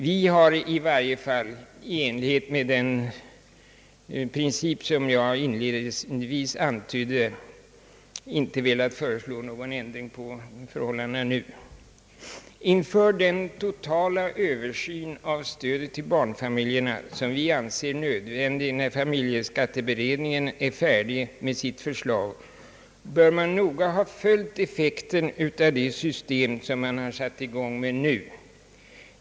Vi har i varje fall i enlighet med den princip som jag in ledningsvis antydde inte velat föreslå någon ändring på förhållandena nu. Inför den totala översyn av stödet till barnfamiljerna som vi anser nödvändig när familjeskatteberedningen är färdig med sitt förslag, bör man noga ha följt effekten av det system som man nu har satt i gång med.